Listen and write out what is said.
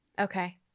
Okay